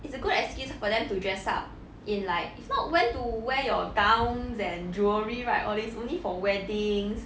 it's a good excuse for them to dress up in like if not when to wear your gowns and jewellery right all these only for weddings